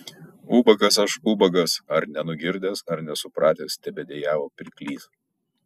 ubagas aš ubagas ar nenugirdęs ar nesupratęs tebedejavo pirklys